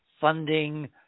funding